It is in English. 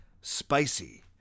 spicy